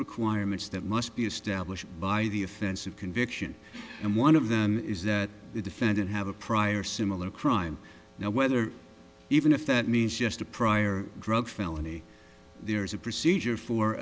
requirements that must be established by the offensive conviction and one of them is that the defendant have a prior similar crime now whether even if that means just a prior drug felony there is a procedure for